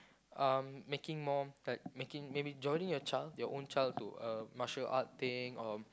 uh making more like making maybe joining your child your own child to a martial art thing or